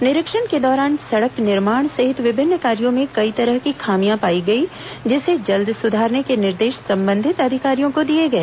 निरीक्षण के दौरान सड़क निर्माण सहित विभिन्न कार्यो में कई तरह की खामियां पाई गई जिसे जल्द सुधारने के निर्देश संबंधित अधिकारियों को दिए गए